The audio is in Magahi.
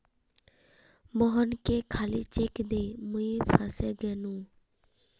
मोहनके खाली चेक दे मुई फसे गेनू